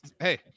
Hey